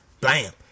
bam